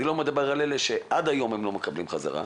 אני לא מדבר על אלה שעד היום לא מקבלים בחזרה.